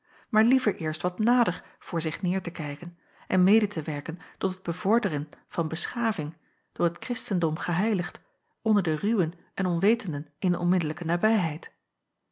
maar liever eerst wat nader voor zich neêr te kijken en mede te werken tot het bevorderen van beschaving door het kristendom geheiligd onder de ruwen en onwetenden in de onmiddellijke nabijheid